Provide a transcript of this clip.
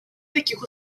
таких